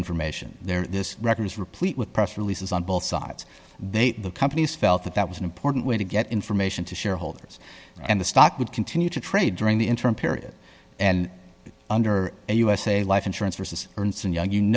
information there this record is replete with press releases on both sides they the companies felt that that was an important way to get information to shareholders and the stock would continue to trade during the interim period and under a usa life insurance versus ernst and young you